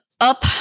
up